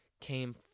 came